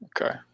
Okay